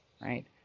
right